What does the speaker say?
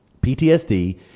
PTSD